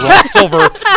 silver